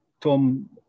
Tom